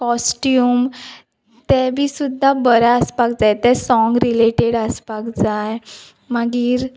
costume तें बी सुद्दां बरें आसपाक जाय तें सोंग रिलेटेड आसपाक जाय मागीर